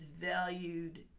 valued